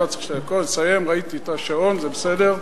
ראיתי את השעון, זה בסדר.